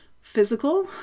physical